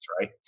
right